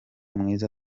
mwiza